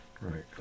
right